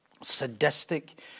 sadistic